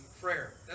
prayer